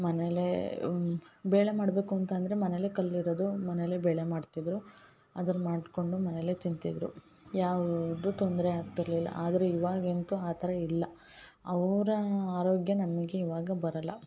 ಮನೇಲೆ ಬೇಳೆ ಮಾಡಬೇಕು ಅಂತಂದರೆ ಮನೇಲೆ ಕಲ್ಲಿರೋದು ಮನೇಲೆ ಬೇಳೆ ಮಾಡ್ತಿದ್ದರು ಅದನ್ನು ಮಾಡಿಕೊಂಡು ಮನೇಲೆ ತಿಂತಿದ್ದರು ಯಾವುದೂ ತೊಂದರೆ ಆಗ್ತಿರಲಿಲ್ಲ ಆದರೆ ಇವಾಗಂತೂ ಆ ಥರ ಇಲ್ಲ ಅವರ ಆರೋಗ್ಯ ನಮ್ಗೆ ಇವಾಗ ಬರಲ್ಲ